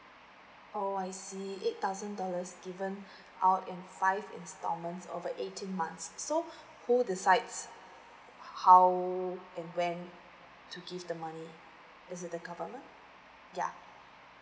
oh I see eight thousand dollars given out in five instalments over eighteen months so who decides how how and when to give the money is it the government yeah